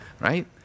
right